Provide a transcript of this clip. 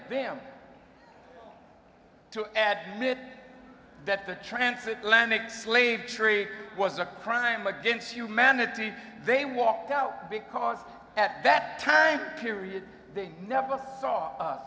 them to admitting that the transcript lennix slave tree was a crime against humanity they walked out because at that time period they never saw